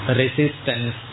resistance